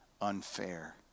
unfair